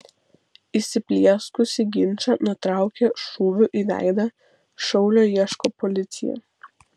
įsiplieskusį ginčą nutraukė šūviu į veidą šaulio ieško policija